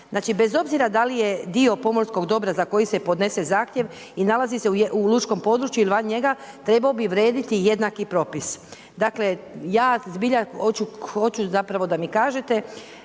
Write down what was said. bez obzira da li je dio pomorskog dobra za koji se podnese zahtjev i nalazi se u lučkom području ili van njega, trebao bi vrijediti jednaki propis.